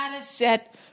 set